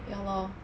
ya lor